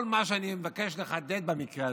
כל מה שאני מבקש לחדד במקרה הזה,